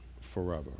forever